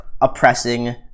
oppressing